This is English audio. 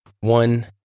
One